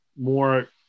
more